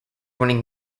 winning